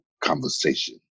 conversation